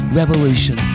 revolution